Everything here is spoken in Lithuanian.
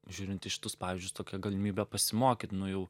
žiūrint į šitus pavyzdžius tokia galimybė pasimokyt nu jau